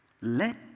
Let